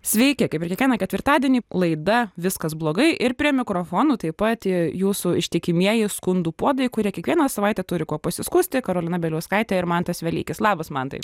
sveiki kaip ir kiekvieną ketvirtadienį laida viskas blogai ir prie mikrofonų taip pat jūsų ištikimieji skundų puodai kurie kiekvieną savaitę turi kuo pasiskųsti karolina bieliauskaitė ir mantas velykis labas mantai